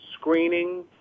screening